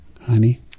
honey